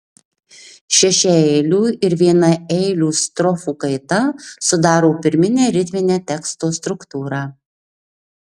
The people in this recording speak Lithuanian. šešiaeilių ir vienaeilių strofų kaita sudaro pirminę ritminę teksto struktūrą